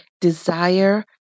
desire